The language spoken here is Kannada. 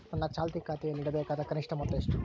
ನನ್ನ ಚಾಲ್ತಿ ಖಾತೆಯಲ್ಲಿಡಬೇಕಾದ ಕನಿಷ್ಟ ಮೊತ್ತ ಎಷ್ಟು?